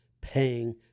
paying